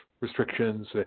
restrictions